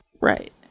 Right